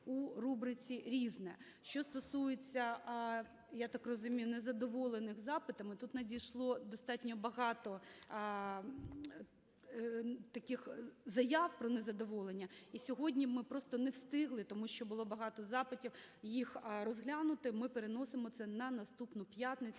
у рубриці "Різне". Що стосується, я так розумію, незадоволених запитами, тут надійшло достатньо багато таких заяв про незадоволення. Сьогодні ми просто не встигли, тому що було багато запитів, їх розглянути, ми переносимо це на наступну п'ятницю.